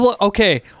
Okay